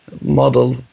model